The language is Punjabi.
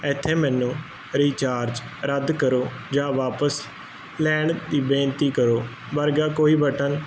ਇਥੇ ਮੈਨੂੰ ਰਿਚਾਰਜ ਰੱਦ ਕਰੋ ਜਾਂ ਵਾਪਸ ਲੈਣ ਦੀ ਬੇਨਤੀ ਕਰੋ ਵਰਗਾ ਕੋਈ ਬਟਨ